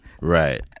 Right